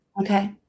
Okay